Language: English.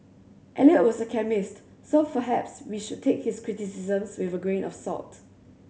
Eliot was a chemist so perhaps we should take his criticisms with a grain of salt